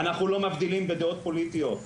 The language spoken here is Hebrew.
אנחנו לא מבדילים בדעות פוליטיות במוזיאון,